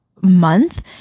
month